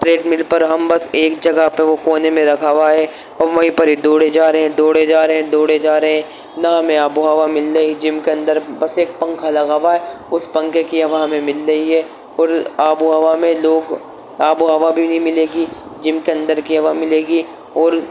trade مل پر ہم بس ایک جگہ پہ وہ کونے میں رکھا ہوا ہے اور وہیں پر ہی دوڑے جا رہے ہیں دوڑے جا رہے ہیں دوڑے جا رہے ہیں نا ہمیں آب و ہوا مل رہی ہے جم کے اندر بس ایک پنکھا لگا ہوا ہے اس پنکھے کی ہوا ہمیں مل رہی ہے اور آب و ہوا میں لوگ آب و ہوا بھی نہیں ملے گی جم کے اندر کی ہوا ملے گی اور